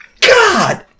god